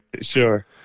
Sure